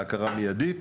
בהכרה מידית,